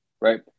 right